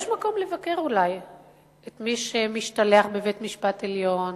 יש אולי מקום לבקר את מי שמשתלח בבית-המשפט העליון,